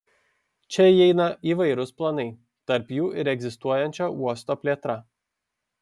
čia įeina įvairūs planai tarp jų ir egzistuojančio uosto plėtra